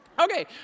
Okay